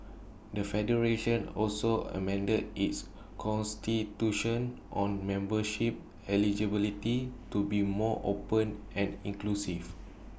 the federation also amended its Constitution on membership eligibility to be more open and inclusive